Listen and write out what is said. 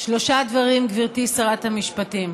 שלושה דברים, גברתי שרת המשפטים.